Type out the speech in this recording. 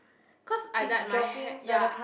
cause I dye my hair ya